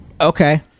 Okay